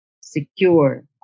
secure